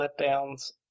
letdowns